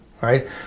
right